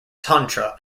tantra